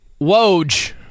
Woj